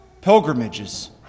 pilgrimages